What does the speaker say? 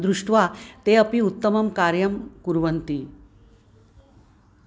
दृष्ट्वा ते अपि उत्तमं कार्यं कुर्वन्ति